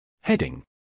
Heading